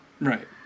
Right